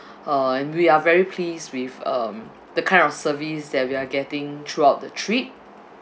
uh and we are very pleased with um the kind of service that we are getting throughout the trip